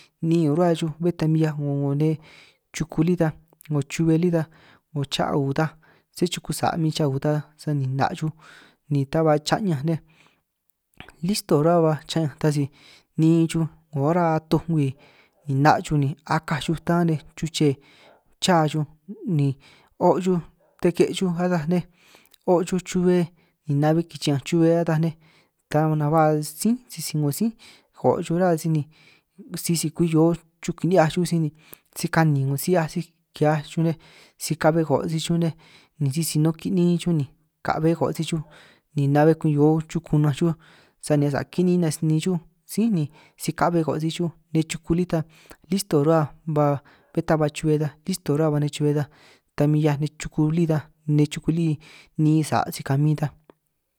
Ni'in nin' rruhua xuj bé ta min 'hiaj 'ngo 'ngo nej chuku lí ta 'ngo chu'be lí ta, 'ngo cha'u ta, sé chuku sa' min cha'u ta sani 'na' xuj ni ta ba cha'ñanj nej, listo nin' rruhua ba cha'ñanj ta si ni'in chuj 'ngo ora atoj ngwii ni 'na' chuj ni akaj chuj tán nej chuche chá xuj, ni o' chuj teke' chuj ataj nej o' chuj chu'be ni na'be kichi'ñanj chube ataj nej, taj nanj ba sí sisi 'ngo sí ko' chuj ruhua sij ni sisi kwin hio xuj kini'hiaj xuj sij ni si kanin 'ngo si'hiaj sij ki'hiaj xuj nej, si ka'be koo' si xuj nej ni sisi nun kinin'in xuj ni ka'be koo' sij xuj, ni na'be kwin hio xuj kunanj xuj sani asa' kini'in sinin xuj sí ni si ka'be koo' sij xuj nej chuku lí ta listo rruhua ba, bé ta ba chu'be ta listo rruhua ba nej chube ta min 'hiaj nej chuku lí ni'in sa' si kamin ta.